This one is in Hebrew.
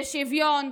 לשוויון,